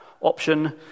option